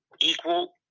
equal –